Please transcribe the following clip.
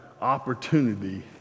opportunity